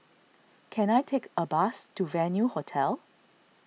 can I take a bus to Venue Hotel